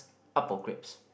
up for grabs